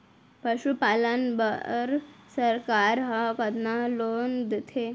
पशुपालन बर सरकार ह कतना लोन देथे?